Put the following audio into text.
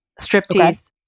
Striptease